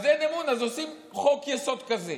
אין אמון, אז עושים חוק-יסוד כזה.